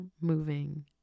moving